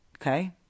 Okay